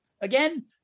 again